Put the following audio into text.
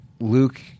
luke